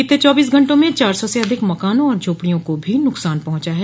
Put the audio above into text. बीते चौबीस घंटों में चार सौ से अधिक मकानों और झोपड़ियों को भी नुकसान पहुंचा है